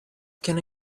can